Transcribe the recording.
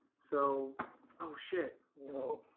so oh shit no